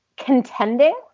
contending